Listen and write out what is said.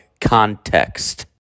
Context